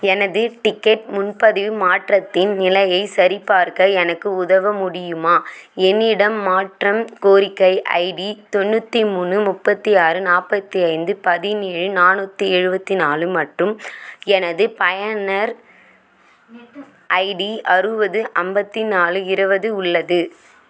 எனது டிக்கெட் முன்பதிவு மாற்றத்தின் நிலையைச் சரிபார்க்க எனக்கு உதவ முடியுமா என்னிடம் மாற்றம் கோரிக்கை ஐடி தொண்ணூற்றி மூணு முப்பத்தி ஆறு நாற்பத்தி ஐந்து பதினேழு நானூற்றி எழுபத்தி நாலு மற்றும் எனது பயனர் ஐடி அறுபது ஐம்பத்தி நாலு இருபது உள்ளது